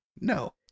no